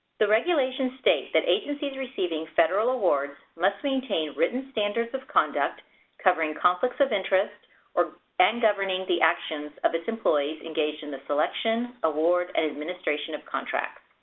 the regulations state that agencies receiving federal awards must maintain written standards of conduct covering conflicts of interest and governing the actions of its employees engaged in the selection, award, and administration of contracts.